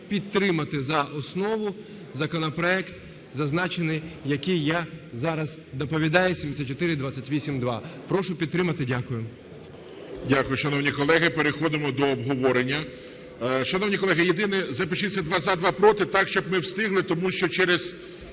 підтримати за основу законопроект зазначений, який я зараз доповідаю, 7428-2. Прошу підтримати. Дякую. ГОЛОВУЮЧИЙ. Дякую. Шановні колеги, переходимо до обговорення. Шановні колеги, єдине, запишіться: два – за, два – проти, так, щоб ми встигли. Тому що через